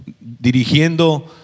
Dirigiendo